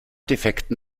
defekten